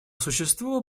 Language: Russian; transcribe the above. существу